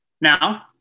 Now